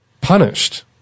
punished